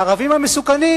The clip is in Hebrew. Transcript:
הערבים המסוכנים,